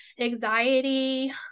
anxiety